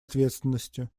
ответственностью